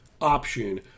option